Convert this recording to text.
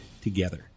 together